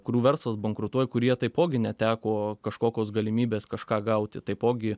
kurių verslas bankrutuoja kurie taipogi neteko kažkokios galimybės kažką gauti taipogi